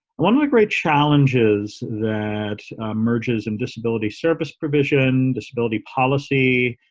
one of the great challenges that merges and disability service provision, disability policy,